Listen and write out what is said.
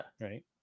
Right